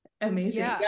Amazing